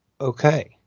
okay